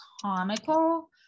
comical